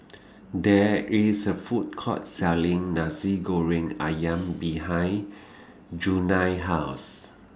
There IS A Food Court Selling Nasi Goreng Ayam behind Junia's House